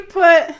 put